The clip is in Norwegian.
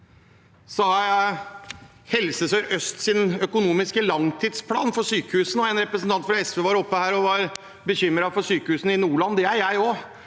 det har vi Helse Sør-Østs økonomiske langtidsplan for sykehusene. En representant fra SV var her oppe og var bekymret for sykehusene i Nordland. Det er jeg også.